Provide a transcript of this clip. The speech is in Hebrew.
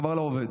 כבר לא עובד.